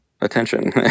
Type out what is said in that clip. attention